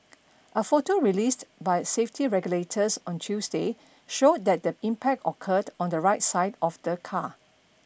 a photo released by safety regulators on Tuesday showed that the impact occurred on the right side of the car